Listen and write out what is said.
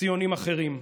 ציונים אחרים: